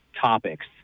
topics